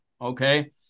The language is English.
okay